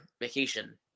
vacation